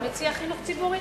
דוח-דברת מציע חינוך ציבורי.